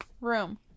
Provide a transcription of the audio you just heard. Room